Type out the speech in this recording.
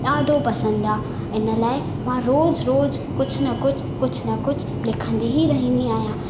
ॾाढो पसंदि आहे इन लाइ मां रोज़ु रोज़ु कुझु न कुझु कुझु न कुझु लिखंदी ई रहंदी आहियां